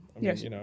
Yes